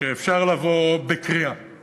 שאפשר לבוא בקריאה